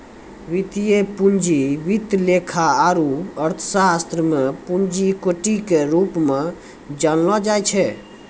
वित्तीय पूंजी वित्त लेखा आरू अर्थशास्त्र मे पूंजी इक्विटी के रूप मे जानलो जाय छै